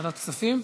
כספים.